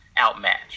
outmatched